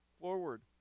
forward